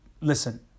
listen